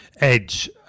Edge